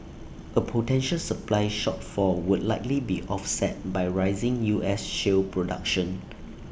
A potential supply shortfall would likely be offset by rising U S shale production